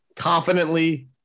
Confidently